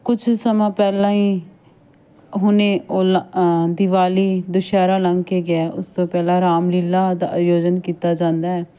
ਕੁਝ ਸਮਾਂ ਪਹਿਲਾਂ ਹੀ ਹੁਣੇ ਉਲਾ ਆ ਉਹ ਦੀਵਾਲੀ ਦੁਸ਼ਹਿਰਾ ਲੰਘ ਕੇ ਗਿਆ ਉਸ ਤੋਂ ਪਹਿਲਾਂ ਰਾਮਲੀਲਾ ਦਾ ਆਯੋਜਨ ਕੀਤਾ ਜਾਂਦਾ